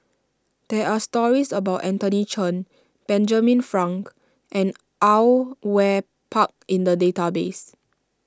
there are stories about Anthony Chen Benjamin Frank and Au Yue Pak in the database